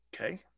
Okay